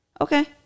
Okay